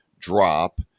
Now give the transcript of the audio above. drop